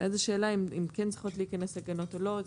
ואז השאלה אם כן צריכות להיכנס הגנות או לא.